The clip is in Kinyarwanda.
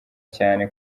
cyane